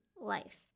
life